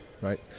Right